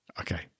Okay